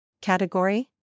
Category